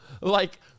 like-